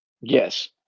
Yes